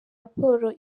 raporo